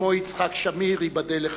כמו יצחק שמיר, ייבדל לחיים.